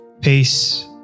peace